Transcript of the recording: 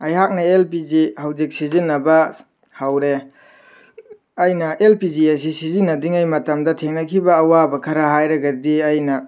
ꯑꯩꯍꯥꯛꯅ L P G ꯍꯧꯖꯤꯛ ꯁꯤꯖꯟꯅꯕ ꯍꯧꯔꯦ ꯑꯩꯅ ꯑꯦꯜ ꯄꯤ ꯖꯤ ꯑꯁꯤ ꯁꯤꯖꯤꯟꯅꯗ꯭ꯔꯤꯉꯩ ꯃꯇꯝꯗ ꯊꯦꯡꯅꯈꯤꯕ ꯑꯋꯥꯕ ꯈꯔ ꯍꯥꯏꯔꯒꯗꯤ ꯑꯩꯅ